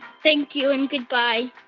thank you and goodbye